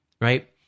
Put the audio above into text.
right